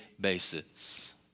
basis